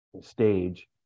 stage